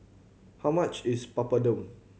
how much is Papadum